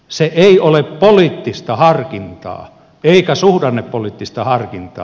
se ei ole poliittista harkintaa eikä suhdannepoliittista harkintaa